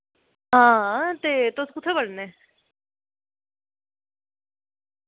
हां ते तुस कु'त्थै पढ़ने